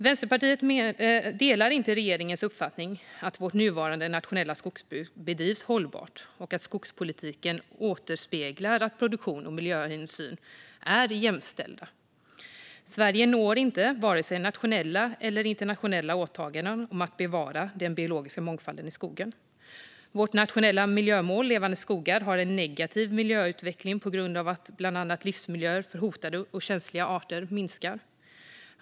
Vänsterpartiet delar inte regeringens uppfattning att vårt nuvarande nationella skogsbruk bedrivs hållbart och att skogspolitiken återspeglar att produktion och miljöhänsyn är jämställda. Sverige når inte vare sig nationella eller internationella åtaganden om att bevara den biologiska mångfalden i skogen. Vårt nationella miljömål Levande skogar har en negativ miljöutveckling bland annat på grund av att livsmiljöer för hotade och känsliga arter minskar.